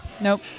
Nope